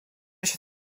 się